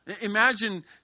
Imagine